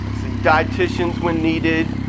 see, dieticians when needed.